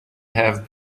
have